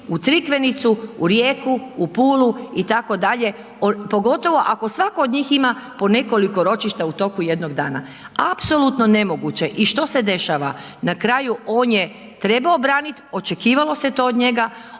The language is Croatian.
u Crikvenicu, u Rijeku, u Pulu itd., pogotovo ako svatko od njih ima po nekoliko ročišta u toku jednog dana, apsolutno nemoguće. I što se dešava? Na kraju on je trebao branit, očekivalo se to od njega,